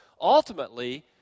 Ultimately